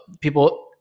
people –